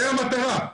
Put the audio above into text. זאת המטרה.